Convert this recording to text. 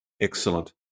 Excellent